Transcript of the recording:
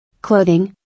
clothing